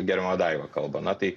gerbiama daiva kalba na tai